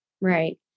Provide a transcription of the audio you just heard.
Right